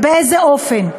ובאיזה אופן?